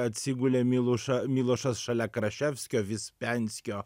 atsigulė milošą milošas šalia kraševskio vispenskio